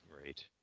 great